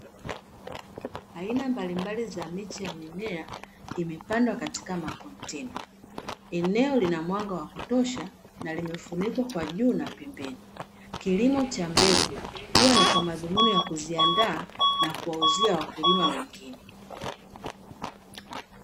Aina mbalimbali za miche ya mimea imepandwa katika makontena. Eneo lina mwanga wa kutosha na limefunikwa kwa juu na pembeni. Kilimo cha mbegu huwa ni kwa madhumuni ya kuziandaa na kuwauzia wakulima wengine.